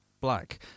Black